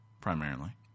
primarily